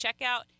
checkout